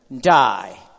die